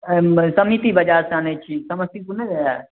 एहिमे समिति बजारसँ आनै छी समस्तीपुर नहि रहै